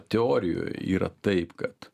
teorijoj yra taip kad